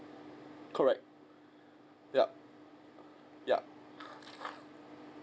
correct yup yup